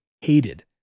hated